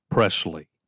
Presley